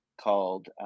called